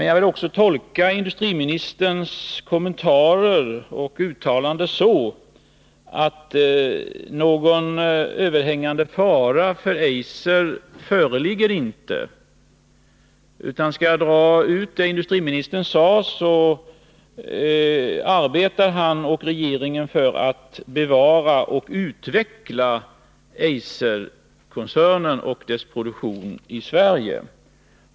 Jag vill tolka industriministerns uttalanden så att någon överhängande fara för Eiser inte föreligger, utan industriministern och regeringen arbetar för att bevara och utveckla Eiserkoncernen och dess produktion i Sverige.